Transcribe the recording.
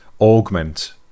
augment